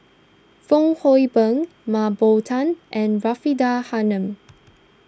Fong Hoe Beng Mah Bow Tan and Faridah Hanum